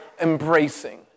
embracing